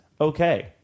okay